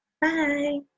Bye